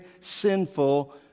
sinful